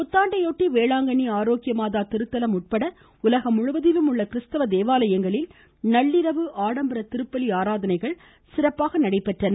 புத்தாண்டையொட்டி வேளாங்கன்னி ஆரோக்கியமாதா திருத்தலம் உட்பட உலகம் முழுவதிலும் உள்ள கிருஸ்தவ தேவாலயங்களில் நள்ளிரவு ஆடம்பர திருப்பலி ஆராதனைகள் சிறப்பாக நடைபெற்றன